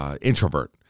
introvert